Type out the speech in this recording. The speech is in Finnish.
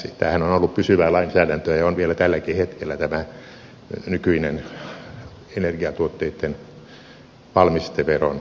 tämä nykyinen energiatuotteitten valmisteveron palautushan on ollut pysyvää lainsäädäntöä ja on vielä tälläkin hetkellä